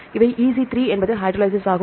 இது EC3 என்பது hydrolase ஆகும்